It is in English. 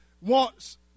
wants